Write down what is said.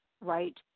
right